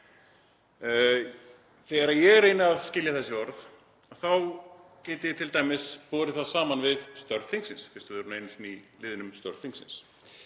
Þegar ég reyni að skilja þessi orð þá get ég t.d. borið það saman við störf þingsins, fyrst við erum nú einu sinni í liðnum störf þingsins.